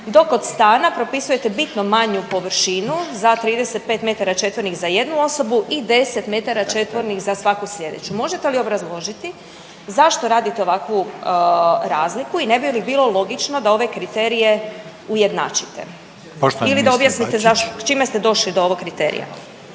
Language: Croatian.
dok kod stana propisujete bitno manju površinu za 35 metara četvornih za jednu osobu i 10 metara četvornih za svaku slijedeću. Možete li obrazložiti zašto radite ovakvu razliku i ne bi li bilo logično da ove kriterije ujednačite ili da objasnite zašto, s čime ste došli do ovog kriterija?